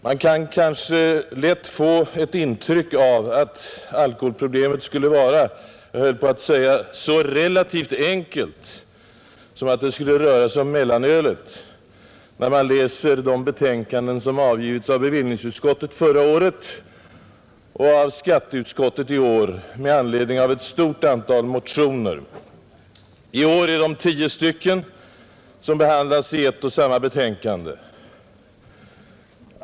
Man kan kanske lätt få ett intryck av att alkoholproblemet skulle vara så jag höll på att säga relativt enkelt som att det skulle röra sig om mellanölet, när man läser de betänkanden som avgivits av bevillningsutskottet förra året och av skatteutskottet i år med anledning av ett stort antal motioner. I år är det tio motioner som behandlas i ett och samma betänkande.